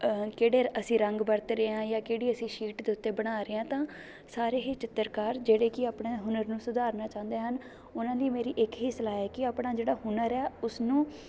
ਕਿਹੜੇ ਅਸੀਂ ਰੰਗ ਵਰਤ ਰਹੇ ਆ ਜਾਂ ਕਿਹੜੀ ਅਸੀਂ ਸ਼ੀਟ ਦੇ ਉੱਤੇ ਬਣਾ ਰਹੇ ਆ ਤਾਂ ਸਾਰੇ ਹੀ ਚਿੱਤਰਕਾਰ ਜਿਹੜੇ ਕਿ ਆਪਣੇ ਹੁਨਰ ਨੂੰ ਸੁਧਾਰਨਾ ਚਾਹੁੰਦੇ ਹਨ ਉਹਨਾਂ ਦੀ ਮੇਰੀ ਇੱਕ ਹੀ ਸਲਾਹ ਹੈ ਕਿ ਆਪਣਾ ਜਿਹੜਾ ਹੁਨਰ ਹੈ ਉਸਨੂੰ